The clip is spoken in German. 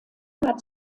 hat